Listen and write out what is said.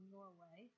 Norway